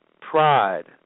pride